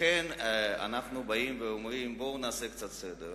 לכן אנחנו באים ואומרים: בואו נעשה קצת סדר.